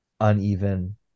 uneven